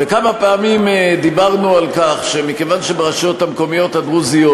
וכמה פעמים דיברנו על כך שמכיוון שברשויות המקומיות הדרוזיות,